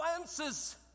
answers